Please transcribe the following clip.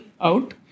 out